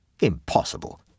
Impossible